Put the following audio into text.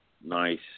Nice